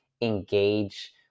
engage